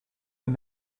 and